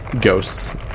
ghosts